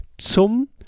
zum